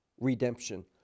redemption